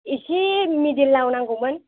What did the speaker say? इसे मिदोलाव नांगौमोन